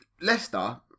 Leicester